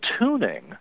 tuning